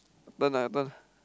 done lah your turn